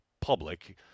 public